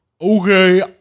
Okay